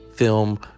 film